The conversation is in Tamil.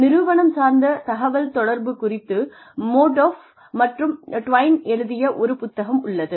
நிறுவனம் சார்ந்த தகவல் தொடர்பு குறித்து மோடாஃப் மற்றும் டிவைன் எழுதிய ஒரு புத்தகம் உள்ளது